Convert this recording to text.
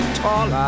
tall